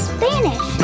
Spanish